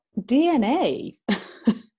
dna